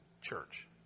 church